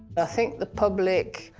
i think the public,